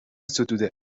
ستوده